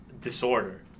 Disorder